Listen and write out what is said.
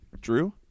Drew